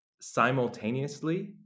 simultaneously